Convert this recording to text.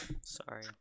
Sorry